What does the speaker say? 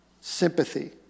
sympathy